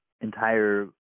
entire